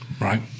Right